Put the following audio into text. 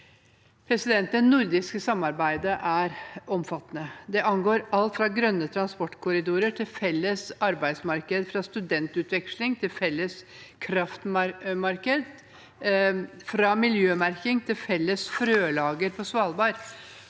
Det nordiske samarbeidet er omfattende. Det angår alt fra grønne transportkorridorer til felles arbeidsmarked, fra studentutveksling til felles kraftmarked, fra miljømerking til felles frølager på Svalbard.